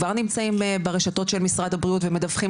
כבר נמצאים ברשתות של משרד הבריאות ומדווחים